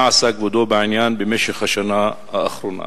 מה עשה כבודו בעניין במשך השנה האחרונה?